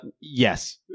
Yes